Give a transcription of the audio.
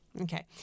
Okay